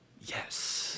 Yes